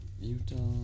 Utah